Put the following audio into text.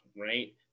right